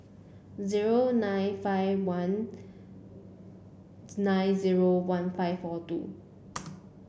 zero nine five one nine zero one five four two